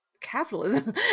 capitalism